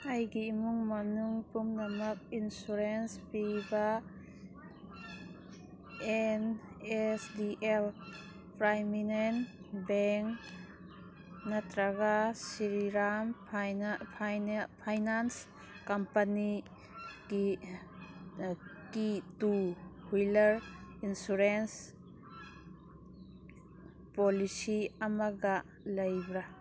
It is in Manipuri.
ꯑꯩꯒꯤ ꯏꯃꯨꯡ ꯃꯅꯨꯡ ꯄꯨꯝꯅꯃꯛ ꯏꯟꯁꯨꯔꯦꯟꯁ ꯄꯤꯕ ꯑꯦꯟ ꯑꯦꯁ ꯗꯤ ꯑꯦꯜ ꯄ꯭ꯔꯥꯏꯃꯤꯅꯦꯜ ꯕꯦꯡ ꯅꯠꯇ꯭ꯔꯒ ꯁꯤꯔꯤꯔꯥꯝ ꯐꯥꯏꯅꯥꯟꯁ ꯀꯝꯄꯅꯤꯀꯤ ꯀꯤ ꯇꯨ ꯍꯨꯏꯂꯔ ꯏꯟꯁꯨꯔꯦꯟꯁ ꯄꯣꯂꯤꯁꯤ ꯑꯃꯒ ꯂꯩꯕ꯭ꯔꯥ